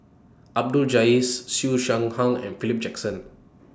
Ahmad Jais Siew Shaw Hang and Philip Jackson